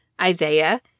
Isaiah